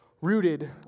Rooted